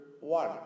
one